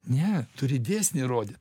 ne turi dėsnį rodyt